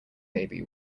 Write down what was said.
baby